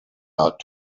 out